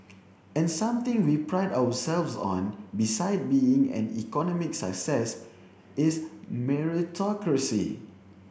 and something we pride ourselves on beside being an economic success is meritocracy